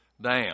down